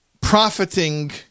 profiting